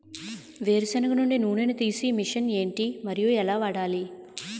వేరు సెనగ నుండి నూనె నీ తీసే మెషిన్ ఏంటి? మరియు ఎలా వాడాలి?